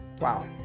Wow